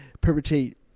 perpetuate